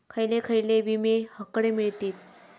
खयले खयले विमे हकडे मिळतीत?